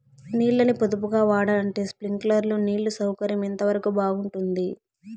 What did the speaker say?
నీళ్ళ ని పొదుపుగా వాడాలంటే స్ప్రింక్లర్లు నీళ్లు సౌకర్యం ఎంతవరకు బాగుంటుంది?